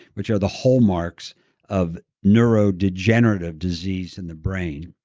which are the hallmarks of neurodegenerative disease in the brain?